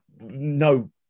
no